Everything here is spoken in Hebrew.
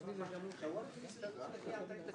בשעה 11:57.